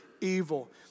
evil